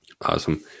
awesome